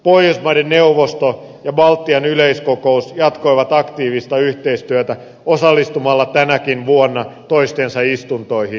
pohjoismaiden neuvosto ja baltian yleiskokous jatkoivat aktiivista yhteistyötä osallistumalla tänäkin vuonna toistensa istuntoihin